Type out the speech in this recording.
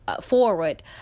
forward